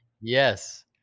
Yes